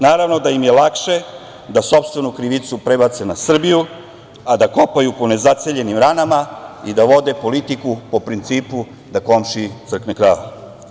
Naravno da im je lakše da sopstvenu krivicu prebace na Srbiju, a da kopaju po nezaceljenim ranama i da vode politiku po principu da komšiji crkne krava.